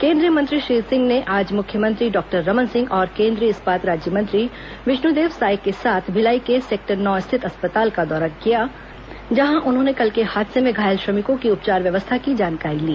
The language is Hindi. केंद्रीय मंत्री श्री सिंह ने आज मुख्यमंत्री डॉक्टर रमन सिंह और केंद्रीय इस्पात राज्यमंत्री विष्णुदेव साय के साथ भिलाई के सेक्टर नौ स्थित अस्पताल का दौरा किया जहां उन्होंने कल के हादसे में घायल श्रमिकों की उपचार व्यवस्था की जानकारी ली